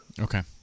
Okay